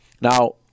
Now